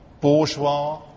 bourgeois